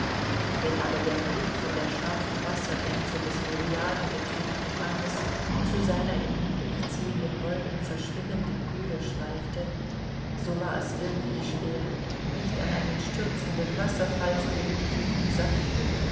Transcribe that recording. wenn aber der blick von der scharfen wassergrenze des myriadengetönten hanges zu seiner in niedrig ziehenden wolken verschwimmenden höhe schweifte so war es wirklich schwer nicht an einen stürzenden wasserfall von rubinen saphiren